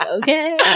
Okay